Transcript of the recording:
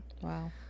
Wow